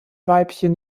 weibchen